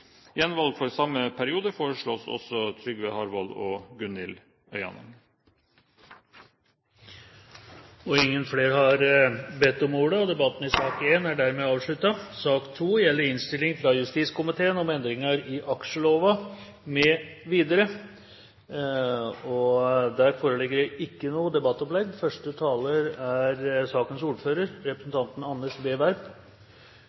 gjenvalgt for tidsrommet 1. juli 2011 til 30. juni 2016. Gjenvalgt for samme periode foreslås også Trygve Harvold og Gunhild Øyangen. Flere har ikke bedt om ordet til sak nr. 1. Der foreligger det ikke noe debattopplegg. Første taler er sakens ordfører,